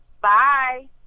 bye